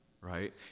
right